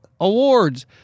awards